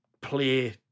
play